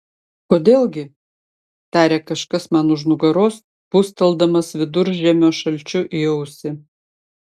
kodėl gi tarė kažkas man už nugaros pūsteldamas viduržiemio šalčiu į ausį